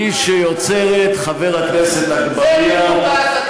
חבר הכנסת אגבאריה,